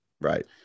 Right